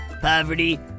poverty